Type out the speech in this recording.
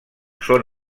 són